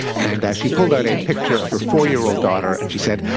and as she pulled out a picture of her four-year-old daughter, and she said,